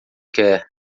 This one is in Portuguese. quer